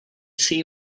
see